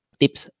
tips